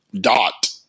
dot